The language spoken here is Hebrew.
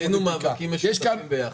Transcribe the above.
עשינו מאבקים משותפים ביחד.